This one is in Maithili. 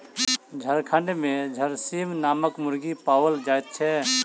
झारखंड मे झरसीम नामक मुर्गी पाओल जाइत छै